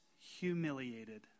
humiliated